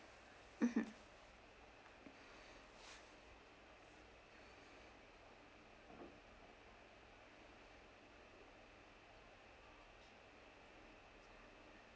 mmhmm